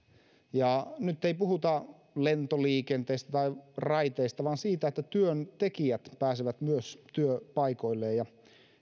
ja nyt ei puhuta lentoliikenteestä tai raiteista vaan siitä että työntekijät pääsevät myös työpaikoilleen